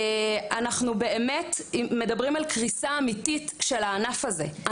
אנחנו באמת מדברים על קריסה אמיתית של הענף הזה,